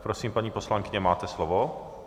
Prosím, paní poslankyně, máte slovo.